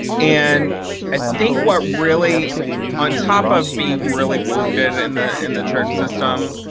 and i think what really on top of being really wounded in the in the church system,